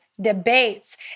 debates